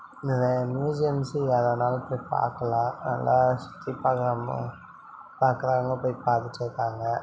museums யார் வேணாலும் போய் பார்க்கலாம் நல்லா சுற்றி பார்க்கலாம் பார்க்குறாங்க போய் பார்த்துட்டு இருக்காங்க